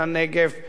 העיקרית